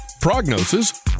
prognosis